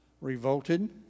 revolted